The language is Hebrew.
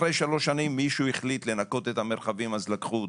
אחרי שלוש שנים מישהו החליט לנקות את המרחבים אז לקחו אותם.